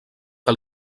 que